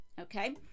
okay